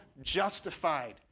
justified